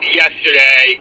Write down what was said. yesterday